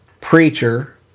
preacher